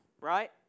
right